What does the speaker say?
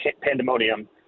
pandemonium